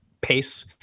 pace